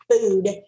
food